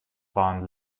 waren